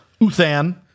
Uthan